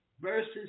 Verses